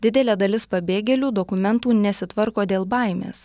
didelė dalis pabėgėlių dokumentų nesitvarko dėl baimės